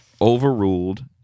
overruled